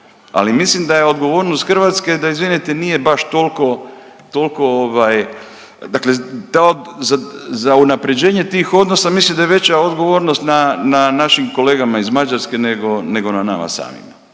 ali mislim da je odgovornost Hrvatske, da izvinete, nije baš toliko, toliko ovaj, dakle za unapređenje tih odnosa mislim da je veća odgovornost na, na našim kolegama iz Mađarske nego, nego na nama samima.